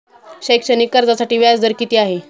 शैक्षणिक कर्जासाठी व्याज दर किती आहे?